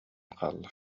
хаалла